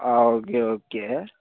okay okay